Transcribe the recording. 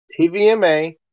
TVMA